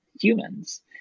humans